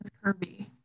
Kirby